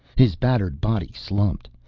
his battered body slumped.